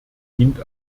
dient